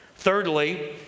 Thirdly